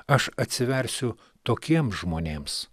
aš atsiversiu tokiems žmonėms